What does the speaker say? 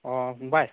अ फंबाय